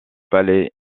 palais